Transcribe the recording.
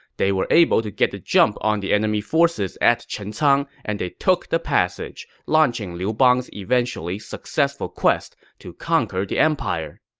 they were able to get the jump on the enemy forces at chencang and took the passage, launching liu bang's eventually successful quest to conquer the empire